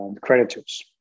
creditors